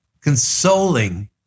consoling